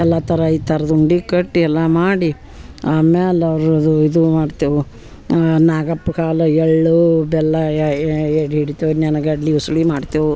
ಎಲ್ಲ ಥರ ಈ ಥರದ ಉಂಡೆ ಕಟ್ಟಿ ಎಲ್ಲ ಮಾಡಿ ಆಮ್ಯಾಲೆ ಅವ್ರದು ಇದು ಮಾಡ್ತೇವೆ ನಾಗಪ್ಗೆ ಹಾಲು ಎಳ್ಳು ಬೆಲ್ಲ ಎಡೆ ಇಡ್ತೇವೆ ನೆಲ್ಗಡ್ಲೆ ಉಸುಳಿ ಮಾಡ್ತೇವೆ